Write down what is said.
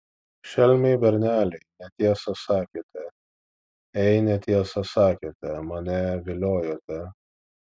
šelmiai berneliai netiesą sakėte ei netiesą sakėte mane viliojote